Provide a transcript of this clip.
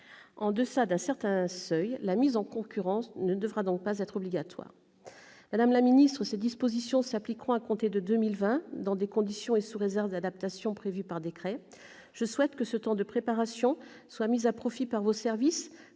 en deçà d'un certain seuil, la mise en concurrence ne devra donc pas être obligatoire. Madame la ministre, ces dispositions s'appliqueront à compter de 2020, dans des conditions et sous réserve d'adaptations prévues par décret. Je souhaite que ce temps de préparation soit mis à profit par vos services